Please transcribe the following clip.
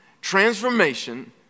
Transformation